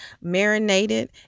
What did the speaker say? marinated